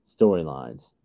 storylines